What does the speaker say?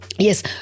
Yes